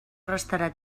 restarà